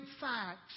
facts